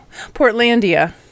Portlandia